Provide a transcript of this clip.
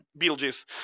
Beetlejuice